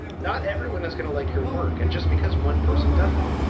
not everyone is gonna like your work. and just because one person doesn't,